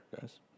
guys